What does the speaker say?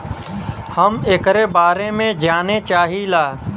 हम एकरे बारे मे जाने चाहीला?